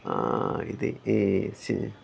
ఇది A C